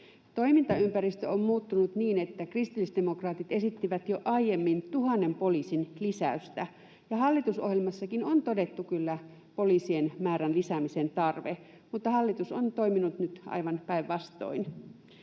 Toimintaympäristö on muuttunut niin, että kristillisdemokraatit esittivät jo aiemmin tuhannen poliisin lisäystä. Hallitusohjelmassakin on todettu kyllä poliisien määrän lisäämisen tarve, mutta hallitus on toiminut nyt aivan päinvastoin.